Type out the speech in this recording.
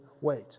weight